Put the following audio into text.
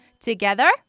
Together